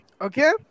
Okay